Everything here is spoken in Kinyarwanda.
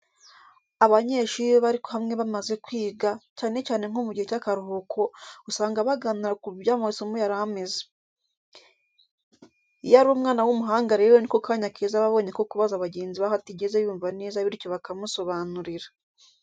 Abanyeshuri iyo bari hamwe bamaze kwiga, cyane cyane nko mu gihe cy'akaruhuko, usanga baganira ku buryo amasomo yari ameze. Iyo ari umwana w'umuhanga rero ni ko kanya keza aba abonye ko kubaza bagenzi be aho atigeze yumva neza bityo bakamusobanurira.